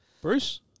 Bruce